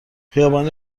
خیابانی